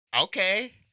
Okay